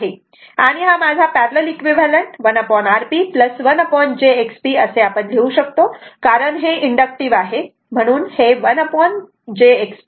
आणि हा माझा पॅरलल इक्विव्हॅलंट 1Rp 1jXP असे आपण लिहू शकतो कारण हे इंडक्टिव्ह आहे म्हणून हे 1 jXP